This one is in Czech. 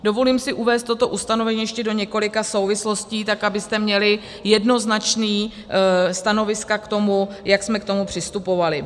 Dovolím si uvést toto ustanovení ještě do několika souvislostí, tak abyste měli jednoznačná stanoviska, jak jsme k tomu přistupovali.